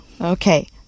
Okay